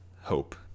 hope